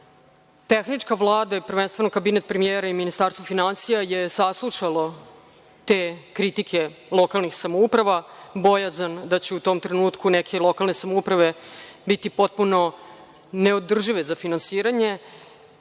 Tehnička Vlada, prvenstveno kabinet premijera i Ministarstvo finansija je saslušalo te kritike lokalnih samouprava, bojazan da će u tom trenutku neke lokalne samouprave biti potpuno neodržive za finansiranje